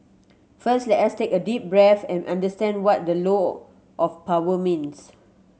first let us take a deep breath and understand what the low of power means